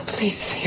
Please